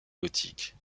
gothique